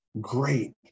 great